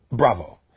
Bravo